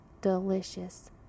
delicious